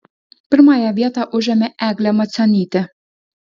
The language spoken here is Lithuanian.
pirmąją vietą užėmė eglė macionytė